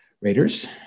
Raiders